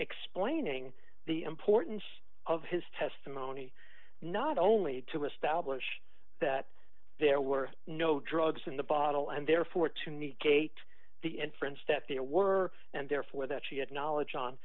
explaining the importance of his testimony not only to establish that there were no drugs in the bottle and therefore to need kate the inference that there were and therefore that she had knowledge on